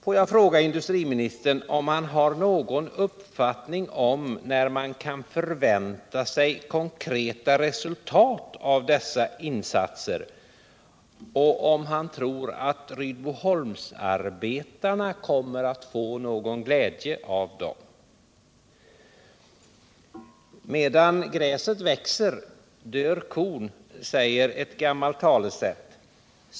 Får jag fråga industriministern om han har någon uppfattning om när man kan förvänta sig konkreta resultat av dessa insatser och om han tror att Rydboholmsarbetarna kommer att få någon glädje av dem? Medan gräset växer dör kon, säger ett gammalt talesätt.